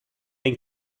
and